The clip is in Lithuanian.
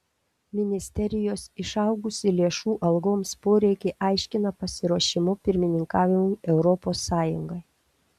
ministerijos išaugusį lėšų algoms poreikį aiškina pasiruošimu pirmininkavimui europos sąjungai